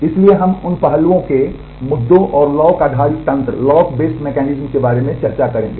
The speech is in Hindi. इसलिए हम उन पहलुओं के मुद्दों और लॉक आधारित तंत्र के बारे में चर्चा करेंगे